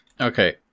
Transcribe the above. okay